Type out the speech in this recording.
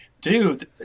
dude